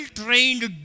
trained